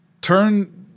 turn